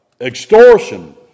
Extortion